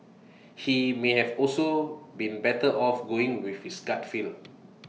he may have also been better off going with his gut feel